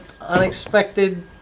unexpected